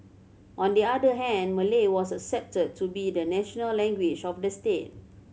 on the other hand Malay was accepted to be the national language of the state